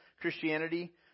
Christianity